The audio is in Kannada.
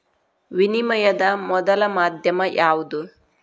ವಿನಿಮಯದ ಮೊದಲ ಮಾಧ್ಯಮ ಯಾವ್ದು